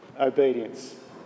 obedience